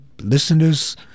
listeners